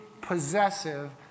possessive